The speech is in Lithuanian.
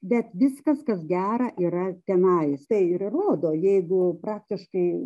bet viskas kas gera yra tenai tai ir įrodo jeigu praktiškai